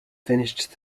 finished